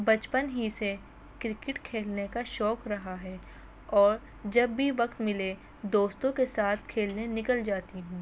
بچپن ہی سے کرکٹ کھیلنے کا شوق رہا ہے اور جب بھی وقت ملے دوستوں کے ساتھ کھیلنے نکل جاتی ہوں